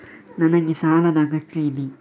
ನನಗೆ ಸಾಲದ ಅಗತ್ಯ ಇದೆ?